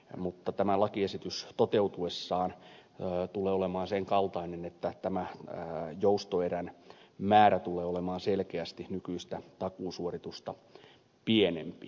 mutta tämä lakiesitys toteutuessaan tulee olemaan sen kaltainen että tämän joustoerän määrä tulee olemaan selkeästi nykyistä takuusuoritusta pienempi